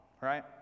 right